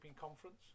conference